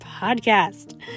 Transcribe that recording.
podcast